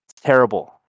Terrible